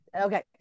Okay